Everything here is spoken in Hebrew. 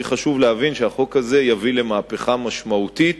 כי חשוב להבין שהחוק הזה יביא למהפכה משמעותית